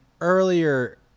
Earlier